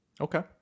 Okay